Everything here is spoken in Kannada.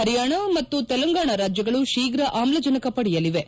ಹರಿಯಾಣ ಮತ್ತು ತೆಲಂಗಾಣ ರಾಜ್ಲಗಳು ಶೀಘ್ರ ಆಮ್ಲಜನಕ ಪಡೆಯಲಿವೆ